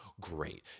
Great